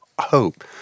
hope